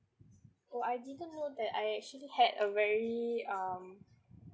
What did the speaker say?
oh I didn't know that I actually had a very um